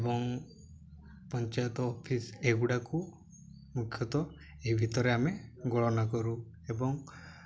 ଏବଂ ପଞ୍ଚାୟତ ଅଫିସ୍ ଏଗୁଡ଼ାକୁ ମୁଖ୍ୟତଃ ଏ ଭିତରେ ଆମେ ଗଣନା କରୁ ଏବଂ